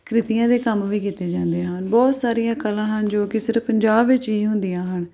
ਕ੍ਰਿਤੀਆਂ ਦੇ ਕੰਮ ਵੀ ਕੀਤੇ ਜਾਂਦੇ ਹਨ ਬਹੁਤ ਸਾਰੀਆਂ ਕਲਾ ਹਨ ਜੋ ਕਿ ਸਿਰਫ ਪੰਜਾਬ ਵਿੱਚ ਹੀ ਹੁੰਦੀਆਂ ਹਨ